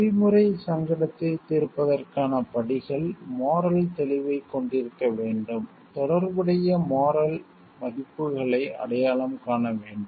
நெறிமுறை எதிக்ஸ் சங்கடத்தைத் தீர்ப்பதற்கான படிகள் மோரல் தெளிவைக் கொண்டிருக்க வேண்டும் தொடர்புடைய மோரல் மோரல் மதிப்புகளை அடையாளம் காண வேண்டும்